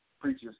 preacher's